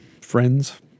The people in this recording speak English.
friends